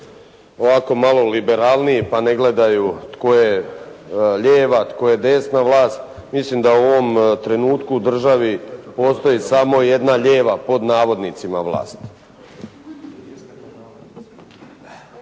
ovako malo liberalniji, pa ne gledaju tko je lijeva, tko je desna vlast. Mislim da u ovom trenutku u državi postoji samo jedna "lijeva" vlast.